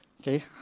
Okay